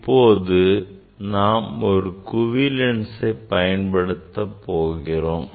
இப்போது நாம் ஒரு குவி லென்சை பயன்படுத்தப் போகிறோம்